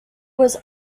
was